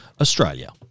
Australia